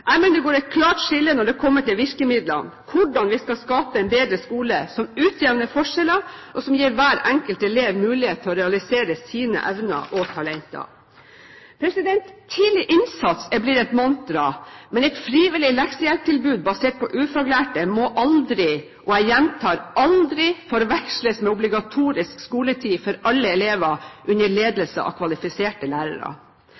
Jeg mener det går et klart skille når det kommer til virkemidlene – hvordan vi skal skape en bedre skole, som utjevner forskjeller, og som gir hver enkelt elev mulighet til å realisere sine evner og talenter. Tidlig innsats er blitt et mantra, men et frivillig leksehjelptilbud basert på ufaglærte må aldri – jeg gjentar, aldri – forveksles med obligatorisk skoletid for alle elever under